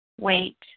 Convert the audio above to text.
wait